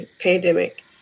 pandemic